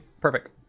Perfect